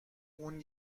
اون